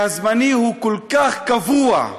והזמני הוא כל כך קבוע,